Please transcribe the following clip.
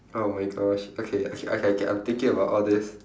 oh my gosh okay okay okay I'm thinking about all this